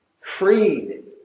Freed